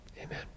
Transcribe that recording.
Amen